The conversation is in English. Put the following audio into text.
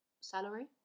salary